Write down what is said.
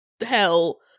hell